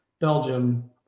Belgium